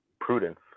prudence